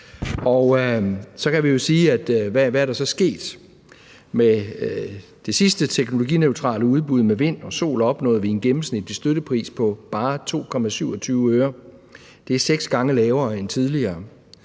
Så kan vi jo sige: Hvad er der så sket? Med det sidste teknologineutrale udbud med vind og sol opnåede vi en gennemsnitlig støttepris på bare 2,27 øre. Det er seks gange lavere end tidligere,